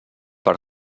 per